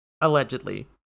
Allegedly